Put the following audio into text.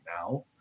now